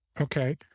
Okay